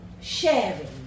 Sharing